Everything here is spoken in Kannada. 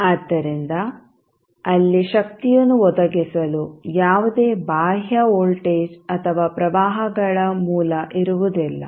ಆದ್ದರಿಂದ ಅಲ್ಲಿ ಶಕ್ತಿಯನ್ನು ಒದಗಿಸಲು ಯಾವುದೇ ಬಾಹ್ಯ ವೋಲ್ಟೇಜ್ ಅಥವಾ ಪ್ರವಾಹಗಳ ಮೂಲ ಇರುವುದಿಲ್ಲ